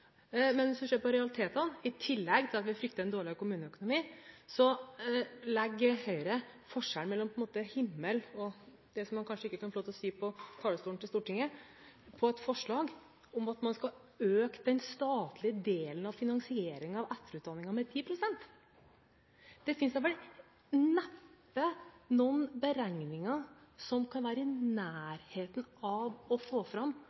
Men hvis en ser på realitetene: I tillegg til at vi frykter en dårligere kommuneøkonomi, legger Høyre forskjellen mellom himmel og det som man kanskje ikke kan få lov til å si på talerstolen til Stortinget, inn i et forslag om at man skal øke den statlige delen av finansieringen av etterutdanningen med 10 pst. Det finnes neppe noen beregninger som kan være i nærheten av å få fram